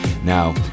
Now